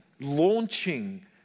launching